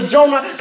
Jonah